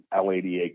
L88